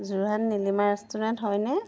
Jorhat Nilima restaurant হয়নে